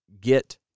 get